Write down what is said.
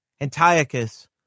Antiochus